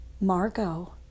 Margot